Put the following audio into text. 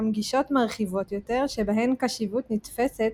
גם גישות מרחיבות יותר שבהן קשיבות נתפסת